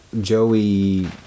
Joey